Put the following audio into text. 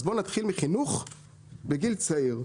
אז בואו נתחיל מחינוך בגיל צעיר.